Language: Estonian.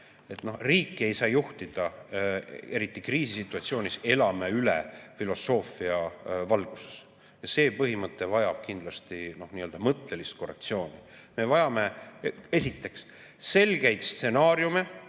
üle. Riiki ei saa juhtida, eriti kriisisituatsioonis "Elame üle!" filosoofia valguses. See põhimõte vajab kindlasti nii-öelda mõttelist korrektsiooni. Me vajame esiteks inflatsiooni